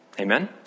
Amen